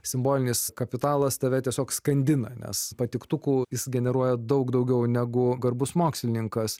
simbolinis kapitalas tave tiesiog skandina nes patiktukų jis generuoja daug daugiau negu garbus mokslininkas